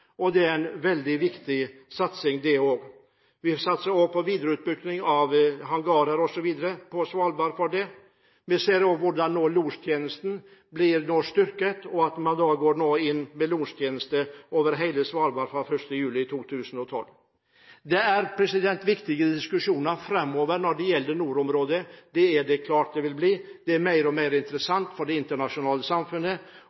og det er en veldig viktig satsing. Vi satser på ferdigstillelse av hangarer på Svalbard for dette formålet. Lostjenesten blir også styrket ved at man gikk inn med lostjeneste over hele Svalbard fra 1. juli 2012. Det vil helt klart bli viktige diskusjoner framover når det gjelder nordområdene. Det er mer og mer